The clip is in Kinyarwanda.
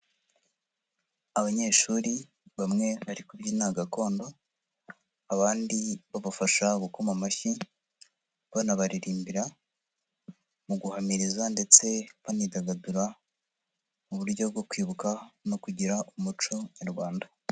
Abanyeshuri bamwe bari kubyina gakondo abandi babafasha gukoma amashyi banabaririmbira mu guhamiriza ndetse banidagadura mu buryo bwo kwibuka no kugira umuco nyarwanda.